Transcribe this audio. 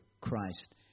Christ